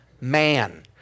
man